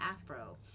Afro